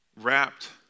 wrapped